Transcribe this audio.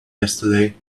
yesterday